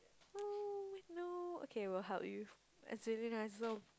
oh no okay we'll help you as to you